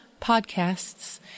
podcasts